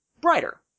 brighter